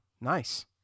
nice